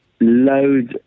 Loads